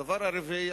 הדבר הרביעי,